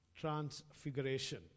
transfiguration